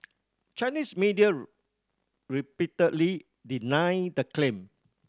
Chinese media repeatedly denied the claim